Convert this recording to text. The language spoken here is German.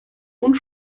und